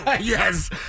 Yes